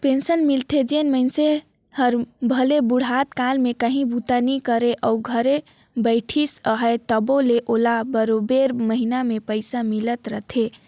pension मिलथे तेन मइनसे हर भले बुढ़त काल में काहीं बूता नी करे अउ घरे बइठिस अहे तबो ले ओला बरोबेर महिना में पइसा मिलत रहथे